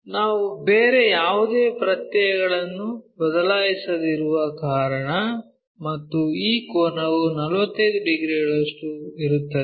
ನಾವು ಬೇರೆ ಯಾವುದೇ ಪ್ರತ್ಯಯಗಳನ್ನು ಬದಲಾಯಿಸದಿರುವ ಕಾರಣ ಮತ್ತು ಈ ಕೋನವು 45 ಡಿಗ್ರಿಗಳಷ್ಟು ಇರುತ್ತದೆ